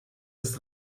ist